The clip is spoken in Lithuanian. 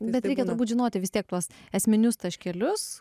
ber reikia turbūt žinoti vis tiek tuos esminius taškelius